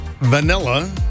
vanilla